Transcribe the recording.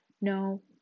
no